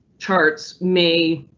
charts may.